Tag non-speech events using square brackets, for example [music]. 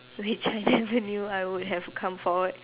which I never [laughs] knew I would have come forward